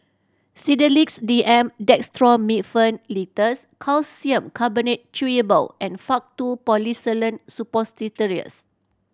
Sedilix D M Dextromethorphan Linctus Calcium Carbonate Chewable and Faktu Policresulen Suppositories